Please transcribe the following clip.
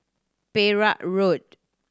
Perak Road